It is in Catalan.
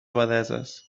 abadesses